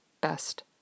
best